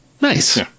Nice